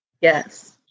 Yes